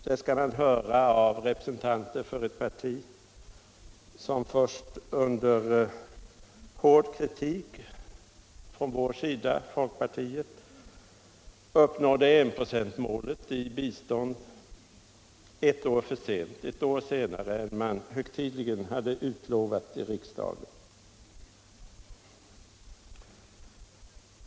Det skall man höra av en representant för ett parti som först under hård kritik frän folkpartiets sida uppnådde enprocentsmålet för biståndet ett år senare än man högtidligen hade utlovat i riksdagen.